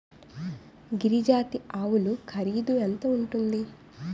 గిరి జాతి ఆవులు ఖరీదు ఎంత ఉంటుంది?